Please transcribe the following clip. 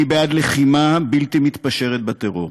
אני בעד לחימה בלתי מתפשרת בטרור,